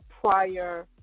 prior